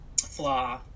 flaw